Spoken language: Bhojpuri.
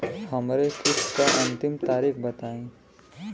हमरे किस्त क अंतिम तारीख बताईं?